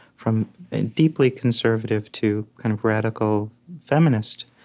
from deeply conservative to kind of radical feminists,